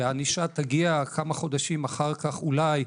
וענישה תגיע כמה חודשים אחר כך אולי,